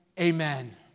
Amen